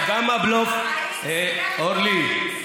אורלי,